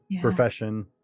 profession